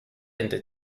into